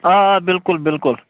آ آ بلکُل بلکُل